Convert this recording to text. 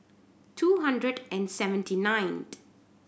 two hundred and seventy ninth